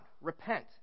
repent